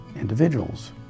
individuals